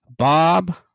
Bob